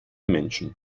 menschen